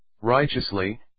righteously